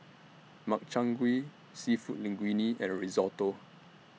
Makchang Gui Seafood Linguine and Risotto